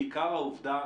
בעיקר העובדה